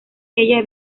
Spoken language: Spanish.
ella